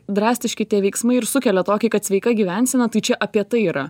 drastiški tie veiksmai ir sukelia tokį kad sveika gyvensena tai čia apie tai yra